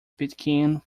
pitkin